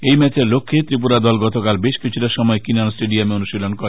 এই ম্যাচের লক্ষ্যে ত্রিপুরা দল গতকাল বেশ কিছুটা সময় কিনান স্টেডিয়ামে অনুশীলন করে